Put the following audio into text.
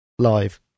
live